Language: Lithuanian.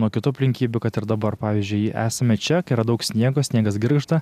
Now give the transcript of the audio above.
nuo kitų aplinkybių kad ir dabar pavyzdžiui esame čia kai yra daug sniego sniegas girgžda